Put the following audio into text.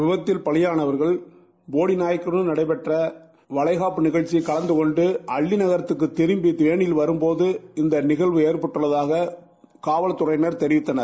விபத்தில் பலிபானவர்கள் போடிநாயக்கராரில் நடைபெற்ற வளைகாப்பு நிகழ்ச்சியில் கலந்து கொண்டு அல்லிநகருக்கு திரும்பி தேனிக்கு வரும்போது இந்த நிகழ்வு ஏற்பட்டதாக காவல்துறையினர் தெரிவித்தனர்